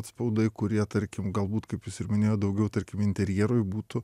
atspaudai kurie tarkim galbūt kaip jūs ir minėjot daugiau tarkim interjerui būtų